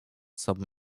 sobą